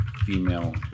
female